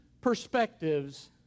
perspectives